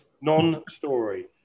Non-story